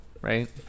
right